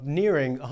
nearing